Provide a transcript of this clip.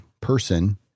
person